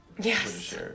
Yes